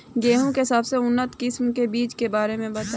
गेहूँ के सबसे उन्नत किस्म के बिज के बारे में बताई?